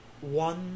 one